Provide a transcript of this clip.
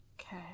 Okay